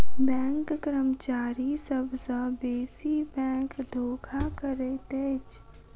bank कर्मचारी सभ सॅ बेसी बैंक धोखा करैत अछि